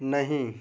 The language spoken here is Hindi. नहीं